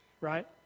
right